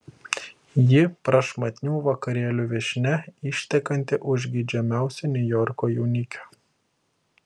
ji prašmatnių vakarėlių viešnia ištekanti už geidžiamiausio niujorko jaunikio